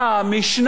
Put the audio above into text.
משנה,